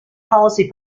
policy